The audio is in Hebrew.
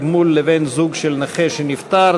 מחוץ לפרוטוקול מברכים אותו על שמחות במשפחתו.